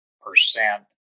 percent